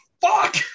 Fuck